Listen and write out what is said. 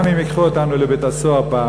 גם אם ייקחו אותנו לבית-הסוהר פעם,